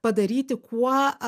padaryti kuo